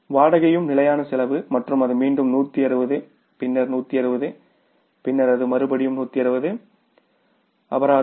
வாடகையும் நிலையான செலவு மற்றும் அது மீண்டும் 160 பின்னர் 160 பின்னர் அது 160 அபராதம்